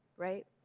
right?